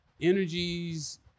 Energies